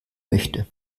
möchte